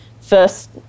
first